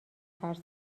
ترس